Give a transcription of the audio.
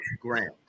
grant